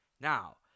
now